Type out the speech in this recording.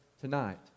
tonight